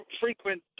frequent